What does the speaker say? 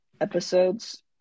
episodes